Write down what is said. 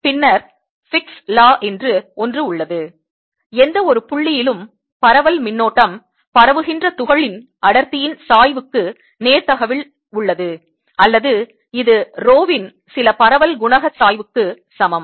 பின்னர் ஃபிக்கின் விதி Fick's Law என்று ஒன்று உள்ளது எந்த ஒரு புள்ளியிலும் பரவல் மின்னோட்டம் பரவுகின்ற துகள்களின் அடர்த்தியின் சாய்வுக்கு நேர்த்தகவில் உள்ளது அல்லது இது rho இன் சில பரவல் குணக சாய்வுக்கு சமம்